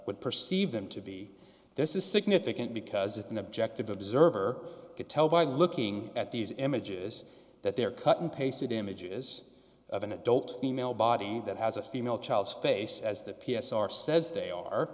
would perceive them to be this is significant because if an objective observer could tell by looking at these images that they are cut and pasted images of an adult female body that has a female child's face as the p s r says they are